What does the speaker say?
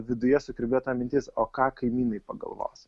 viduje sukirbėjo ta mintis o ką kaimynai pagalvos